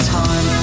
time